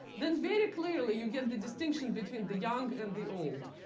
then very clearly, you get the distinction between the young and the old.